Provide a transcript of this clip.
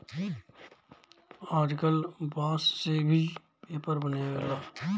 आजकल बांस से भी पेपर बनेला